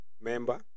member